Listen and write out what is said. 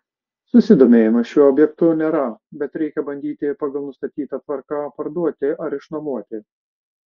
susidomėjimo šiuo objektu nėra bet reikia bandyti pagal nustatytą tvarką parduoti ar išnuomoti